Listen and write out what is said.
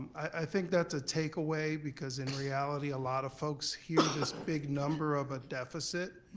i think that's a takeaway because in reality, a lot of folks hear this big number of a deficit,